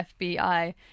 FBI